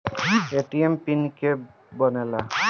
ATM के pin के के बनेला?